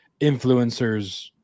influencers